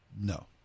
No